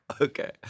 Okay